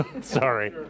Sorry